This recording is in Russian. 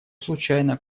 случайно